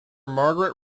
margaret